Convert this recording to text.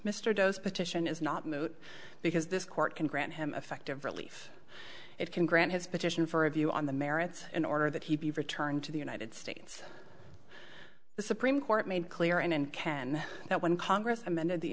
mr doe's petition is not moot because this court can grant him effective relief it can grant his petition for a view on the merits in order that he be returned to the united states the supreme court made clear and can that when congress amended the